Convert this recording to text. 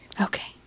Okay